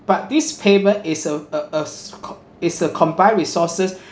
but this payment is a uh a s~ co~ is a combined resources